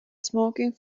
smoking